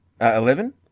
Eleven